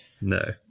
no